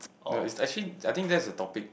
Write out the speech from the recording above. no it's actually I think that's the topic